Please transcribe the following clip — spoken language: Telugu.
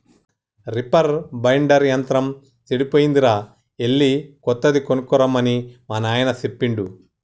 రిపర్ బైండర్ యంత్రం సెడిపోయిందిరా ఎళ్ళి కొత్తది కొనక్కరమ్మని మా నాయిన సెప్పిండు